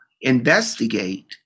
investigate